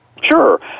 Sure